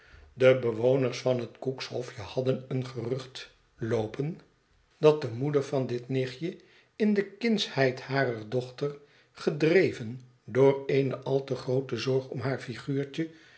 de bewoners van het cook's hofje hadden een gerucht loopen dat de mijnheer snagsby winkelier in schrijfbehoeften moeder van dit nichtje in de kindsheid harer dochter gedreven door eene al te groote zorg om haar figuurtje